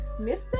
Mr